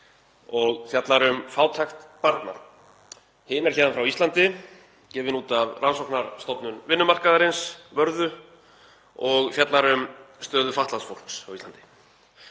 og fjallar um fátækt barna. Hin er héðan frá Íslandi, gefin út af Vörðu rannsóknarstofnun vinnumarkaðarins og fjallar um stöðu fatlaðs fólks á Íslandi.